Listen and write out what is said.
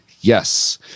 yes